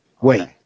wait